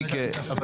אני --- אבל,